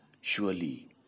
Surely